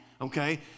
okay